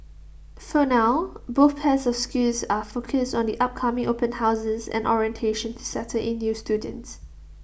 for now both pairs of schools are focused on the upcoming open houses and orientation to settle in new students